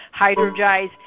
Hydrogize